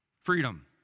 Freedom